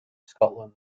scotland